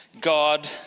God